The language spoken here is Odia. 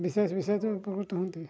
ବିଶେଷ ବିଶେଷ ଉପକୃତ ହୁଅନ୍ତି